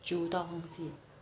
久到忘记了